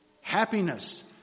happiness